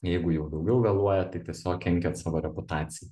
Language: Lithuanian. jeigu jau daugiau vėluojat tai tiesiog kenkiat savo reputacijai